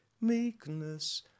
meekness